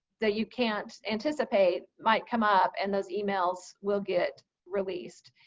that you can't anticipate might come up and those emails will get released.